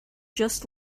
just